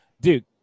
Dude